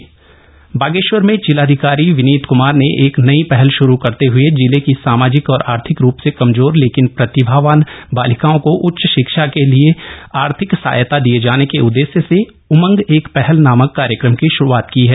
नवीन पहल बागेश्वर में जिलाधिकारी विनीत कुमार ने एक नई पहल शुरू करते हुए जिले की सामाजिक और आर्थिक रूप से कमजोर लेकिन प्रतिभावान बालिकाओं को उच्च शिक्षा के लिए आर्थिक सहायता दिये जाने के उददेश्य से उमंग एक पहल नामक कार्यक्रम की श्रुआत की है